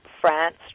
France